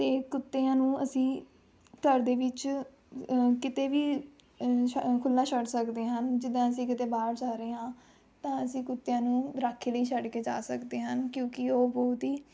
ਅਤੇ ਕੁੱਤਿਆਂ ਨੂੰ ਅਸੀਂ ਘਰ ਦੇ ਵਿੱਚ ਕਿਤੇ ਵੀ ਛ ਖੁੱਲਾਂ ਛੱਡ ਸਕਦੇ ਹਨ ਜਿੱਦਾਂ ਅਸੀਂ ਕਿਤੇ ਬਾਹਰ ਜਾ ਰਹੇ ਹਾਂ ਤਾਂ ਅਸੀਂ ਕੁੱਤਿਆਂ ਨੂੰ ਰਾਖੀ ਲਈ ਛੱਡ ਕੇ ਜਾ ਸਕਦੇ ਹਨ ਕਿਉਂਕਿ ਉਹ ਬਹੁਤ ਹੀ